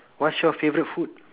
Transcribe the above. what's is your favourite food